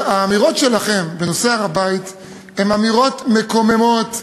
האמירות שלכם בנושא הר-הבית הן אמירות מקוממות.